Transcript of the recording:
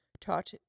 taught